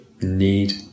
need